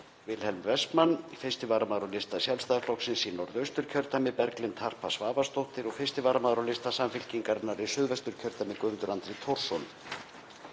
Wilhelm Wessmann, 1. varamaður á lista Sjálfstæðisflokksins í Norðausturkjördæmi, Berglind Harpa Svavarsdóttir, og 1. varamaður á lista Samfylkingarinnar í Suðvesturkjördæmi, Guðmundur Andri Thorsson.